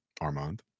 Armand